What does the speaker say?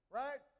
right